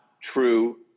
true